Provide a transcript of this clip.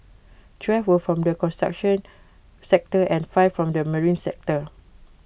twelve were from the construction sector and five from the marine sector